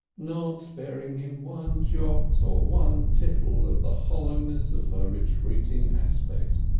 not sparing him one jot or one tittle of the hollowness of her retreating aspect.